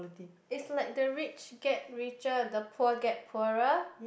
is like the rich get richer the poor get poorer